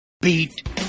Beat